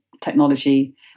technology